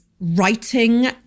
writing